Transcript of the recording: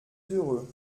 heureux